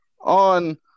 on